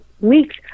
weeks